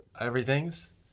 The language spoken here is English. Everythings